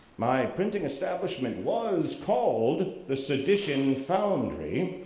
my printing establishment was called the sedition foundery,